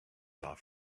off